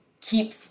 keep